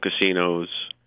casinos